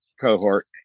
cohort